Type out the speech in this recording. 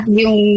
yung